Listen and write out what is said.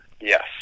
Yes